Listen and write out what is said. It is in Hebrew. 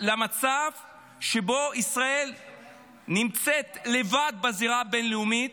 למצב שבו ישראל נמצאת לבד בזירה הבין-לאומית,